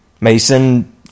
Mason